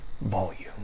volume